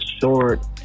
short